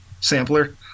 Sampler